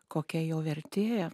kokia jo vertė